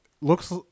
looks